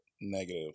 negative